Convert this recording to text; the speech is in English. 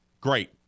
Great